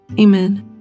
Amen